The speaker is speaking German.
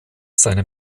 seinem